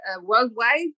worldwide